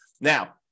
now